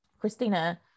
christina